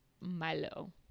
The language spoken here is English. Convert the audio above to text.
Milo